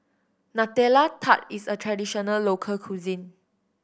Nutella Tart is a traditional local cuisine